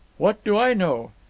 what do i know?